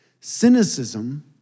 Cynicism